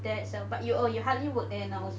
there's a but you hardly work there now also